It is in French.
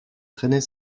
traîner